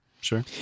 Sure